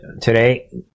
today